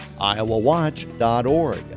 iowawatch.org